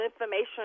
information